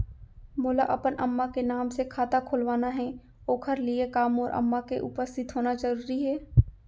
मोला अपन अम्मा के नाम से खाता खोलवाना हे ओखर लिए का मोर अम्मा के उपस्थित होना जरूरी हे?